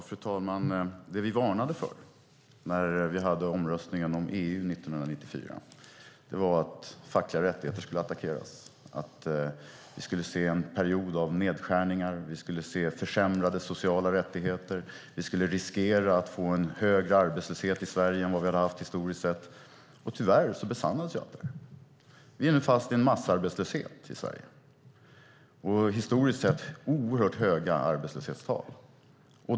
Fru talman! Det vi varnade för när vi hade omröstningen om EU 1994 var att fackliga rättigheter skulle attackeras, att vi skulle se en period av nedskärningar, att vi skulle se försämrade sociala rättigheter och att vi skulle riskera att få en högre arbetslöshet i Sverige än vad vi hade haft historiskt. Tyvärr besannades allt det. Vi är nu fast i en massarbetslöshet i Sverige, och vi har historiskt sett oerhört höga arbetslöshetstal.